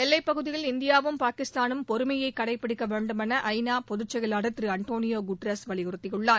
எல்லைப் பகுதியில் இந்தியாவும் பாகிஸ்தானும் பொறுமையை கடைப்பிடிக்க வேண்டும் என ஐ நா பொகுச்செயலாளர் திரு அண்டோனியோ குட்டரஸ் வலியுறுத்தியுள்ளார்